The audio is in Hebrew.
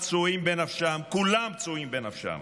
כולם פצועים בנפשם,